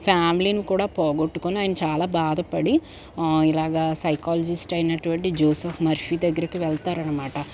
ఫ్యామిలీని కూడా పోగొట్టుకుని ఆయన చాలా బాధపడి ఇలాగ సైకాలజిస్ట్ అయినటువంటి జోసెఫ్ మర్ఫీ దగ్గరికి వెళ్తారనమాట